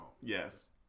Yes